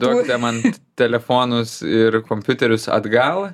duokite man telefonus ir kompiuterius atgal